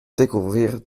découvrirent